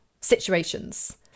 situations